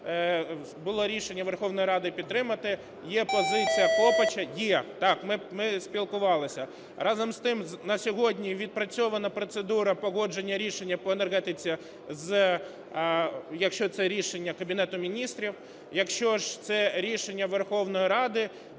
було рішення Верховної Ради підтримати, є позиція Копача, є. Так, ми спілкувалися. Разом з тим, на сьогодні відпрацьована процедура погодження рішення по енергетиці, якщо це рішення Кабінету Міністрів; якщо ж це рішення Верховної Ради,